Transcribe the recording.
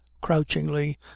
crouchingly